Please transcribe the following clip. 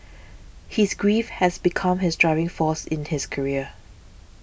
his grief has become his driving force in his career